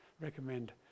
recommend